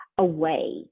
away